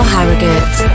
Harrogate